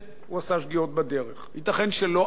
ייתכן שלא עמד בכל ההתחייבויות שלו.